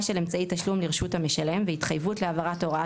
של אמצעי תשלום לרשות המשלם והתחייבות להעברת הוראת